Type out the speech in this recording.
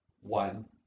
one